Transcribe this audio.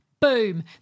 Boom